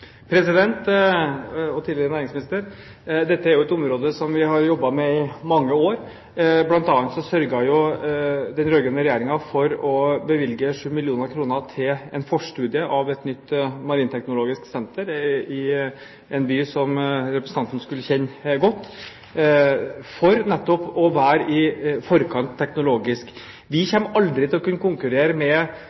President – og tidligere næringsminister! Dette er jo et område som vi har jobbet med i mange år. Blant annet sørget den rød-grønne regjeringen for å bevilge 7 mill. kr til en forstudie i forbindelse med et nytt marinteknologisk senter i en by som representanten skulle kjenne godt, for nettopp å være i forkant teknologisk. Vi kommer aldri til å kunne konkurrere med